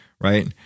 right